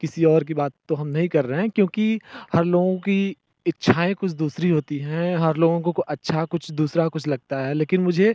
किसी और की बात तो हम नहीं कर रहे हैं क्योंकि हर लोगों की इच्छाएँ कुछ दूसरी होती हैं हर लोगों को अच्छा कुछ दूसरा कुछ लगता है लेकिन मुझे